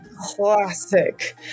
classic